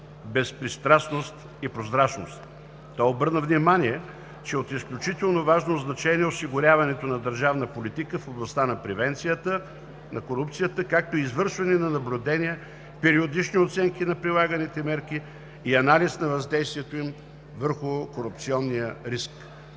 безпристрастност и прозрачност. Той обърна внимание, че от изключително важно значение е осигуряването на държавна политика в областта на превенцията на корупцията, както и извършването на наблюдение, периодични оценки на прилаганите мерки и анализ на въздействието им върху корупционния риск.